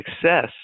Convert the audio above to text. success